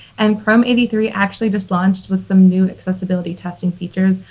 and chrome eighty three actually just launched with some new accessibility testing features,